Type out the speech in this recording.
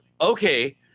okay